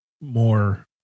more